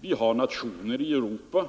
Vi har nationer i Europa